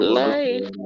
life